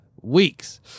weeks